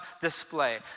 display